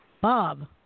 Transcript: Bob